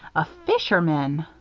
a fishman!